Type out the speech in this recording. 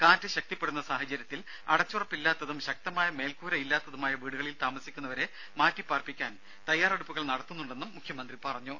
കാറ്റ് ശക്തിപ്പെടുന്ന സഹചര്യത്തിൽ അടച്ചുറപ്പില്ലാത്തതും ശക്തമായ മേൽക്കൂരയില്ലാത്തതുമായ വീടുകളിൽ താമസിക്കുന്നവരെ മാറ്റി പാർപ്പിക്കാൻ തയ്യാറെടുപ്പുകൾ നടത്തുന്നുണ്ടെന്നും മുഖ്യമന്ത്രി പറഞ്ഞു